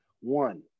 One